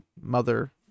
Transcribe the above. mother